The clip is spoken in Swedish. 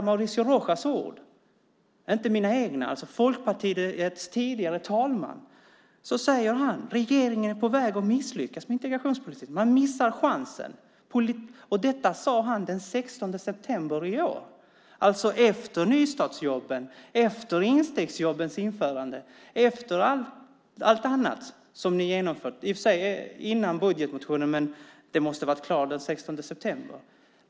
Mauricio Rojas, Folkpartiets tidigare talesman i integrationsfrågor, har sagt: Regeringen är på väg att misslyckas med integrationspolitiken. Man missar chansen. Det är alltså Mauricio Rojas ord, inte mina. Detta sade han den 16 september i år, det vill säga efter nystartsjobbens och instegsjobbens införande och efter allt annat som regeringen genomfört. Det var i och för sig före budgetmotionen, men den måste ha varit klar den 16 september.